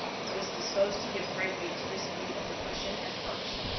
i was disposed to give great weight to this view of the question at first,